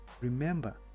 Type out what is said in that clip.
Remember